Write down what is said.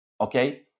Okay